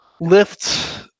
lift